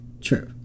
True